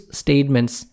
statements